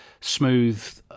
smooth